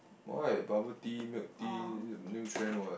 why bubble tea milk tea new trend [what]